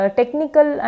technical